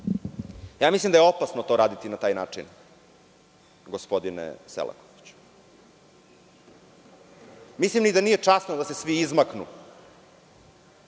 Mislim da je opasno to raditi na taj način, gospodine Selakoviću. Mislim i da nije časno da se svi izmaknu